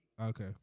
Okay